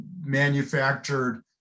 manufactured